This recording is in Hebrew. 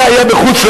זה היה בחוץ-לארץ,